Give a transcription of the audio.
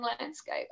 landscape